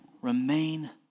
Remain